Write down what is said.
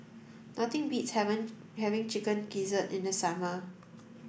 nothing beats having having chicken gizzard in the summer